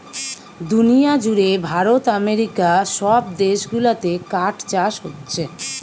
দুনিয়া জুড়ে ভারত আমেরিকা সব দেশ গুলাতে কাঠ চাষ হোচ্ছে